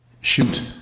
Shoot